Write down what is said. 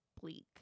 bleak